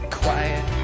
quiet